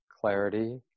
clarity